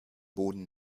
boden